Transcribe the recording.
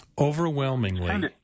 Overwhelmingly